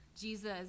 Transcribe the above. Jesus